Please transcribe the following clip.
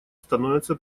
становятся